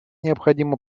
необходимо